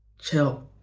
Chill